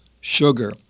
sugar